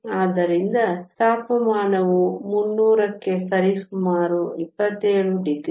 ಆದ್ದರಿಂದ ತಾಪಮಾನವು 300 ಕ್ಕೆ ಸರಿಸುಮಾರು 27 ಡಿಗ್ರಿ